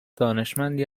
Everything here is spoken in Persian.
دانشمندی